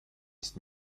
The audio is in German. ist